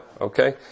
Okay